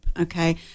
okay